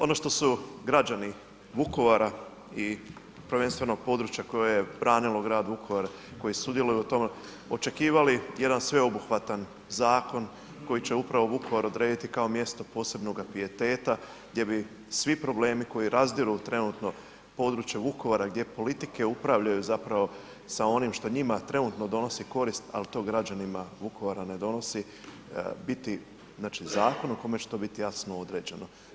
Ono što su građani Vukovara i prvenstveno područja koje je branilo grad Vukovar koji su sudjelovali u tome očekivali jedan sveobuhvatan zakon koji će upravo Vukovar odrediti kao mjesto posebnog pijeteta gdje bi svi problemi koje razdiru trenutno područje Vukovara gdje politike upravljaju zapravo sa onim što njima trenutno donosi korist, ali to građanima Vukovara ne donosi biti zakon u kojem će to biti jasno određeno.